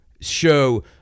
show